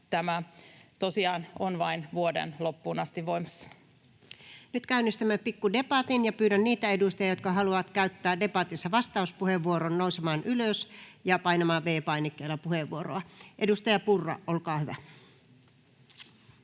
tämä tosiaan on vain vuoden loppuun asti voimassa. Nyt käynnistämme pikku debatin, ja pyydän niitä edustajia, jotka haluavat käyttää debatissa vastauspuheenvuoron, nousemaan ylös ja painamaan V-painikkeella puheenvuoroa. — Edustaja Purra, olkaa hyvä.